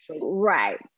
Right